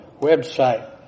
website